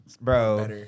Bro